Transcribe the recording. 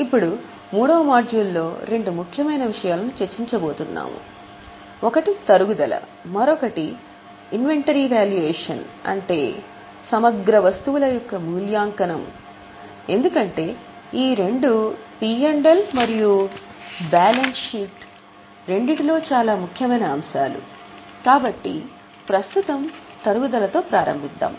ఇప్పుడు మాడ్యూల్ 3 లో రెండు ముఖ్యమైన విషయాలను చర్చించబోతున్నాము ఒకటి తరుగుదల మరొకటి మరియు బ్యాలెన్స్ షీట్ రెండింటిలో చాలా ముఖ్యమైన అంశాలు కాబట్టి ప్రస్తుతం తరుగుదలతో ప్రారంభిద్దాం